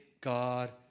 God